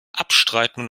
abstreiten